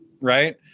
right